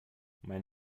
mein